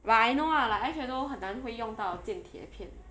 but I know ah like eyeshadow 很难会用到紧贴片 ya